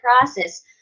process